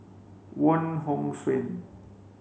Wong Hong Suen